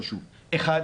אחת,